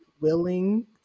willing